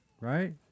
right